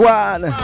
one